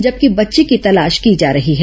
जबकि बच्ची की तलाश की जा रही है